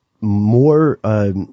more